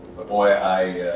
but, boy, i.